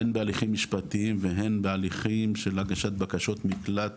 הן בהליכים משפטיים והן בהליכים של הגשת בקשות מקלט,